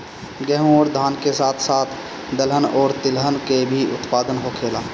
गेहूं अउरी धान के साथ साथ दहलन अउरी तिलहन के भी उत्पादन होखेला